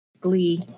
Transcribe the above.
glee